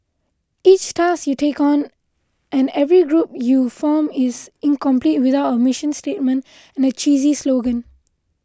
each task you take on and every group you form is incomplete without a mission statement and a cheesy slogan